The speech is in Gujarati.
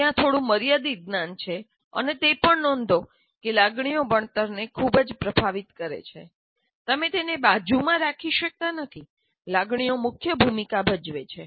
ત્યાં થોડુંક મર્યાદિત જ્ઞાન છે અને તે પણ નોંધો કે લાગણીઓ ભણતરને ખૂબ પ્રભાવિત કરે છે તમે તેને બાજુમાં રાખી શકતા નથી લાગણીઓ મુખ્ય ભૂમિકા ભજવે છે